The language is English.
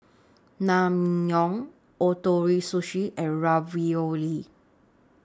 Naengmyeon Ootoro Sushi and Ravioli